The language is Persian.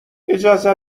اجازه